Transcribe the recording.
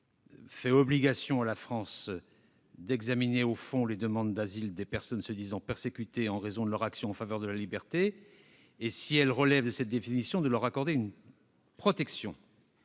fait obligation à notre pays d'examiner au fond les demandes d'asile des personnes se disant persécutées en raison de leur action en faveur de la liberté et, si elles relèvent de cette définition, de leur accorder une protection